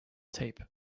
tape